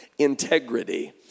integrity